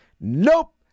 Nope